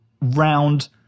round